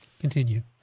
Continue